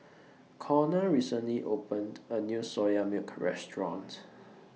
Konner recently opened A New Soya Milk Restaurant